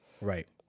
Right